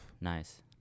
nice